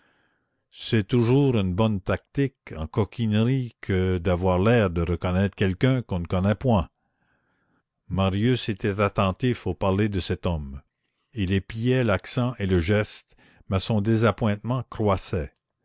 c'est toujours une bonne tactique en coquinerie que d'avoir l'air de reconnaître quelqu'un qu'on ne connaît point marius était attentif au parler de cet homme il épiait l'accent et le geste mais son désappointement croissait